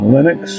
Linux